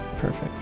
Perfect